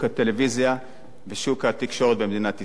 הטלוויזיה ושוק התקשורת במדינת ישראל.